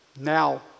now